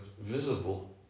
visible